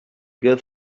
good